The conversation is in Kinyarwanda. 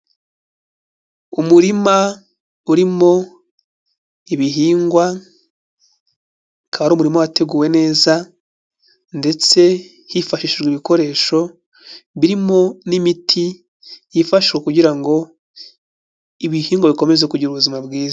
Umurima urimo ibihingwa, kaba ari umurima wateguwe neza, ndetse hifashishijwe ibikoresho, birimo n'imiti, yifashishwa kugira ngo ibihingwa bikomeze kugira ubuzima bwiza.